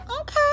Okay